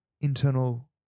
internal